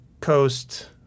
Coast